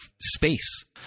space